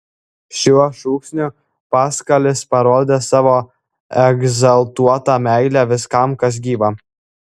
šiuo šūksniu paskalis parodė savo egzaltuotą meilę viskam kas gyva